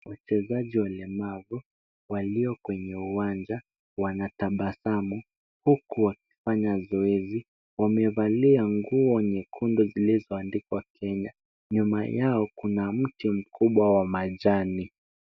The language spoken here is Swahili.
Wachezaji walemavu walio kwenye uwanja wanatabasamu huku wakifanya zoezi. Wamevalia nguo nyekundu zilizoandikwa Kenya. Nyuma yao kuna mti mkubwa wa majani.